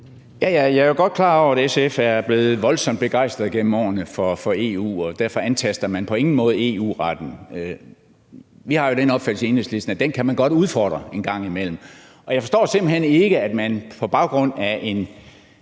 Jeg er godt klar over, at SF gennem årene er blevet voldsomt begejstret for EU, og derfor antaster man på ingen måde EU-retten. Vi har jo den opfattelse i Enhedslisten, at den kan man godt udfordre en gang imellem. Jeg forstår simpelt hen ikke, at man på baggrund af en